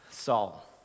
Saul